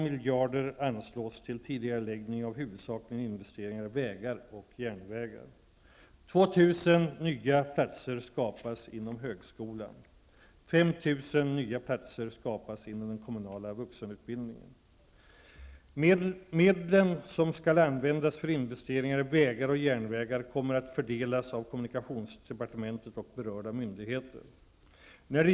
Medlen som skall användas för investeringar i vägar och järnvägar kommer att fördelas av kommunikationsdepartementet och berörda myndigheter.